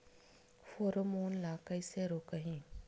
Pheromone ला कइसे रोकही?